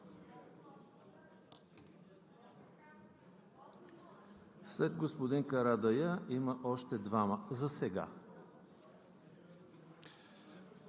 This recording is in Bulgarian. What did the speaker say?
След господин Карадайъ има още двама засега.